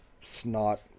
snot